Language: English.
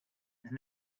and